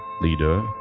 Leader